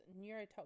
neurotoxin